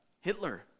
Hitler